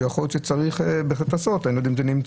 יכול להיות שצריך בהחלט לעשות את זה ואני לא יודע אם זה נמצא.